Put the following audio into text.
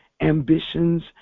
ambitions